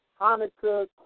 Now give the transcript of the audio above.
Hanukkah